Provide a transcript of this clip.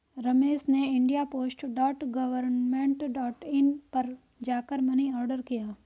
रमेश ने India Post dot government dot in पर जा कर मनी ऑर्डर किया